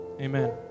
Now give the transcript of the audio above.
Amen